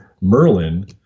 Merlin